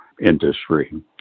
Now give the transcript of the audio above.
industry